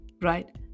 right